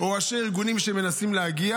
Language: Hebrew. או ראשי ארגונים שמנסים להגיע,